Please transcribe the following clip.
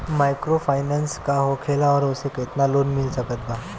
Microfinance का होखेला और ओसे केतना लोन मिल सकत बा?